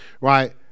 right